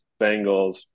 Bengals